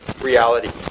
reality